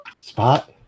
Spot